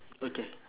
okay